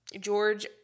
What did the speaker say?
George